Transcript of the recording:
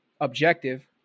objective